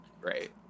right